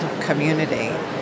community